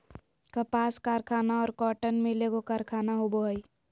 कपास कारखाना और कॉटन मिल एगो कारखाना होबो हइ